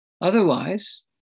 Otherwise